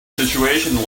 situation